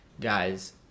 guys